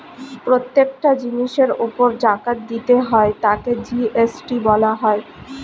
প্রত্যেকটা জিনিসের উপর জাকাত দিতে হয় তাকে জি.এস.টি বলা হয়